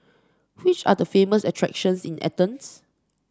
which are the famous attractions in Athens